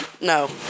No